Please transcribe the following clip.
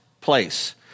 place